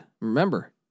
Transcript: Remember